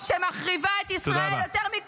-- שמחריבה את ישראל יותר -- תודה רבה.